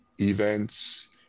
events